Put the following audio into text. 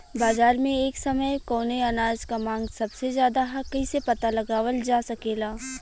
बाजार में एक समय कवने अनाज क मांग सबसे ज्यादा ह कइसे पता लगावल जा सकेला?